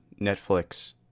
Netflix